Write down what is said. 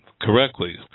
correctly